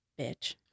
bitch